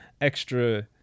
extra